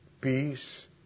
peace